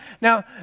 Now